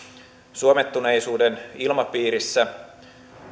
suomettuneisuuden ilmapiirissä